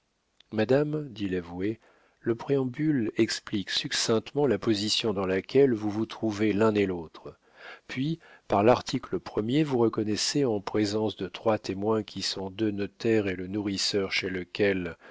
madame dit l'avoué le préambule explique succinctement la position dans laquelle vous vous trouvez l'un et l'autre puis par l'article premier vous reconnaissez en présence de trois témoins qui sont deux notaires et le nourrisseur chez lequel